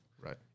Right